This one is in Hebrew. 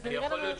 עבריינים.